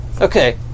Okay